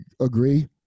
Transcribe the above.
agree